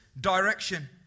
direction